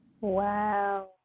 Wow